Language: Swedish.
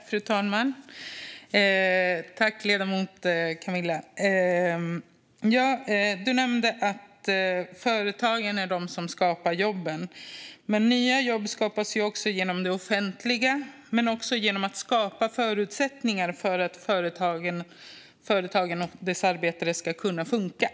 Fru talman! Ledamoten nämnde att företagen är de som skapar jobben. Men nya jobb skapas ju också genom det offentliga och genom att man skapar förutsättningar för att företagen och deras arbetare ska kunna funka.